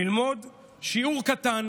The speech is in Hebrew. ללמוד שיעור קטן